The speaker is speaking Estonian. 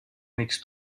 miks